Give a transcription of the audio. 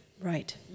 Right